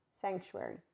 sanctuary